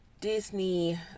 Disney